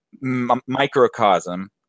microcosm